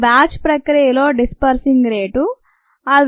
ఈ బ్యాచ్ ప్రక్రియలో disappearing rate అ